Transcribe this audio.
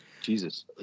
Jesus